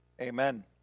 Amen